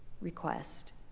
request